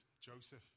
Joseph